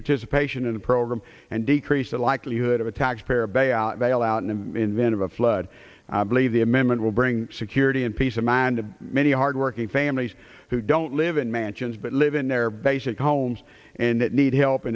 participation in the program and decrease the likelihood of a taxpayer bailout bailout and then of a flood i believe the amendment will bring security and peace of mind to many hard working families who don't live in mansions but live in their basic homes and need help